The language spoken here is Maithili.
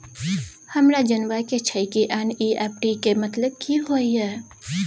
हमरा जनबा के छै की एन.ई.एफ.टी के मतलब की होए है?